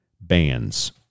bands